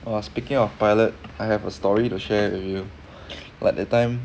!wah! speaking of pilot I have a story to share with you like that time